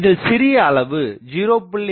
இதில் சிறிய அளவு 0